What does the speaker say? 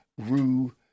rue